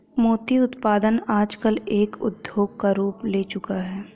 मोती उत्पादन आजकल एक उद्योग का रूप ले चूका है